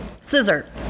scissor